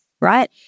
right